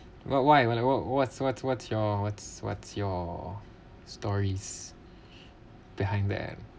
what why what's what's what's what's what's your what's what's your stories behind then